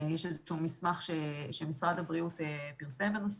יש איזשהו מסמך שמשרד הבריאות פרסם בנושא